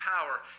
power